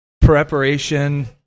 preparation